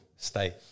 Stay